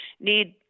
need